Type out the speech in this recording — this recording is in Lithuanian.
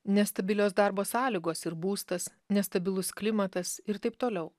nestabilios darbo sąlygos ir būstas nestabilus klimatas ir taip toliau